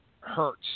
hurts